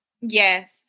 Yes